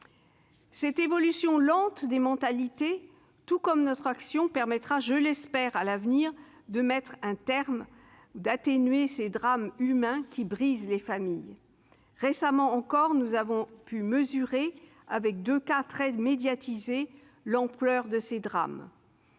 Cette évolution lente des mentalités, tout comme notre action, permettra, je l'espère, à l'avenir de mettre un terme à ces drames humains qui brisent les familles. Récemment encore, nous avons pu mesurer, avec deux cas très médiatisés, l'ampleur de ces drames.